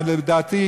ולדעתי,